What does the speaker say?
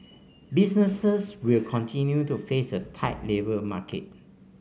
businesses will continue to face a tight labour market